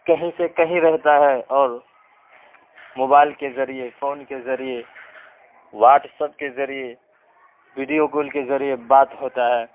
کہیں سے کہیں رہتا ہے اور موبائل کے ذریعہ فون کے ذریعہ واٹس اپ کے ذریعہ ویڈیو کال کے ذریعہ بات ہوتا ہے